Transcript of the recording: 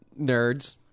nerds